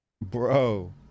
Bro